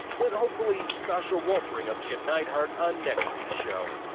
but hopefully sasha won't bring up jim neidhart on next week's show.